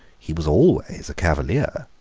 he was always a cavalier.